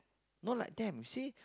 not like them you see